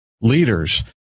leaders